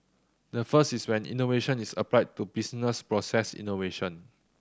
the first is where innovation is applied to business process innovation